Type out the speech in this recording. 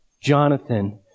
jonathan